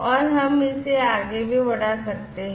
और हम इसे आगे भी बढ़ा सकते हैं